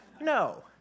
No